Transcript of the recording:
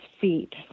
feet